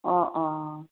অঁ অঁ